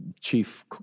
chief